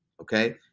Okay